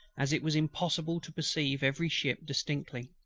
as it was impossible to perceive every ship distinctly.